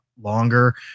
longer